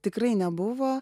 tikrai nebuvo